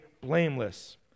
blameless